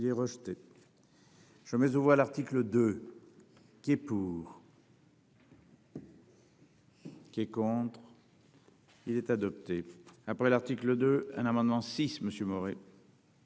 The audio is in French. Il est rejeté. Je mais voit l'article 2. Qui est pour. Qui est contre. Il est adopté après l'article de un amendement six Monsieur